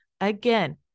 again